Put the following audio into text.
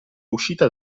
uscita